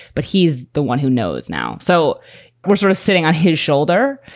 but he's the one who knows now. so we're sort of sitting on his shoulder,